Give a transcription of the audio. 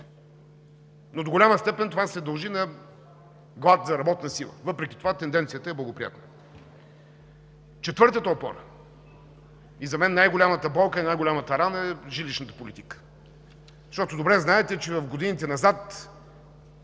Но до голяма степен това се дължи на глад за работна сила, въпреки това тенденцията е благоприятна. Четвъртата опора – и за мен най-голямата болка и най голямата рана, е жилищната политика. Защото добре знаете, че в годините назад